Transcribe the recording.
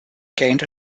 gained